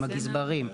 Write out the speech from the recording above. עם הגזברים,